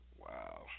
Wow